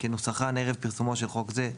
כנוסחן ערב פרסומו של חוק זה,